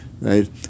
right